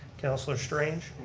councilor strange.